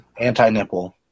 anti-nipple